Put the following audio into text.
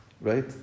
Right